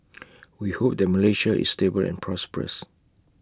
we hope that Malaysia is stable and prosperous